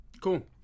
cool